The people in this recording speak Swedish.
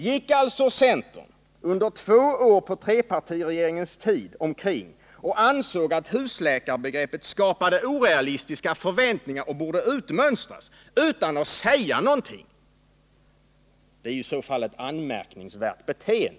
Gick alltså centern under två år på trepartiregeringens tid och ansåg att husläkarbegreppet skapade orealistiska förväntningar och borde utmönstras — utan att säga något? Det är i så fall ett anmärkningsvärt beteende.